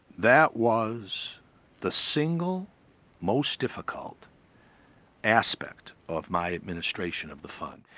that was the single most difficult aspect of my administration of the fund.